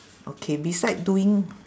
okay beside doing